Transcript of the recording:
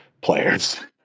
players